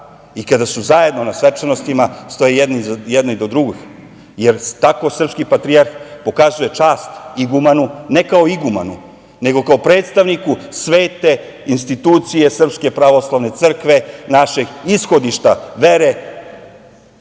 i kada su zajedno na svečanostima stoje jedan do drugog, jer tako srpski patrijarh pokazuje čast igumanu ne kao igumanu, nego kao predstavniku svete institucije SPC, našeg ishodišta vere